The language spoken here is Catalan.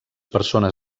persones